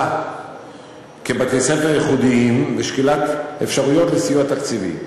כבתי-ספר ייחודיים ושקילת אפשרויות לסיוע תקציבי.